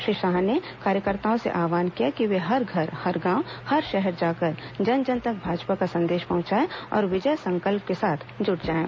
श्री शाह ने कार्यकर्ताओं से आव्हान किया कि वे हर घर हर गांव हर शहर जाकर जन जन तक भाजपा का संदेश पहुचाएं और विजय संकल्प के साथ जुट जाएं